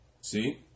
See